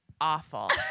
awful